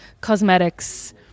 cosmetics